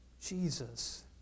Jesus